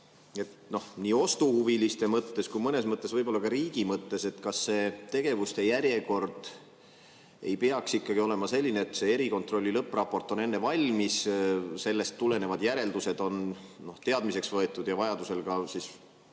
nii ostuhuviliste mõttes kui ka mõneti võib-olla ka riigi mõttes, kas see tegevuste järjekord ei peaks olema ikkagi selline, et see erikontrolli lõppraport on enne valmis, sellest tulenevad järeldused on teadmiseks võetud ja vajaduse korral on